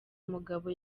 mugabo